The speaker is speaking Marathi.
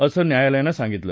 असं न्यायालयानं सांगितलं